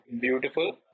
beautiful